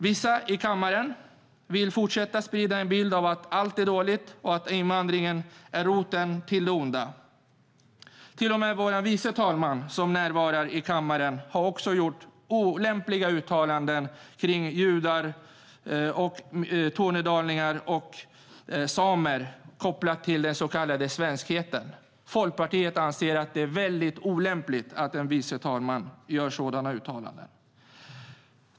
Vissa i kammaren vill fortsätta sprida en bild av att allt är dåligt och att invandringen är roten till det onda. Till och med vår vice talman, som är närvarande här i kammaren nu, har gjort olämpliga uttalanden om judar, tornedalingar och samer kopplat till den så kallade svenskheten. Folkpartiet anser att det är väldigt olämpligt att en vice talman gör sådana uttalanden.